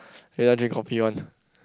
he never drink coffee one